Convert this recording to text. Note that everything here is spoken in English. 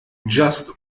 just